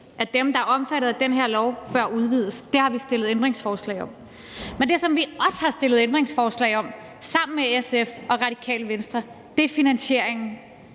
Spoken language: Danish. – dem, der er omfattet af den her lov – bør udvides. Det har vi stillet ændringsforslag om. Men det, vi også har stillet ændringsforslag om sammen med SF og Radikale Venstre, er finansieringen.